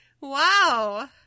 Wow